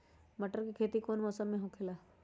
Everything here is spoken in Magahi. मटर के खेती कौन मौसम में होखेला?